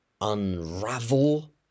unravel